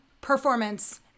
performance